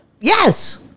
Yes